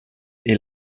est